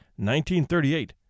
1938